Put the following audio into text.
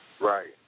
Right